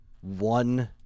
one